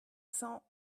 cents